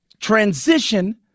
transition